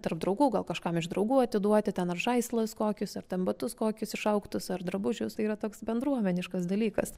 tarp draugų gal kažkam iš draugų atiduoti ten ar žaislus kokius ar ten batus kokius išaugtus ar drabužius tai yra toks bendruomeniškas dalykas